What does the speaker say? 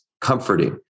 comforting